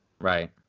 Right